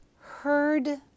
heard